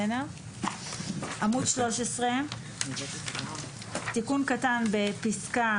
עמוד 13, תיקון קטן בפסקה